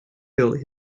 built